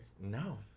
No